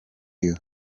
you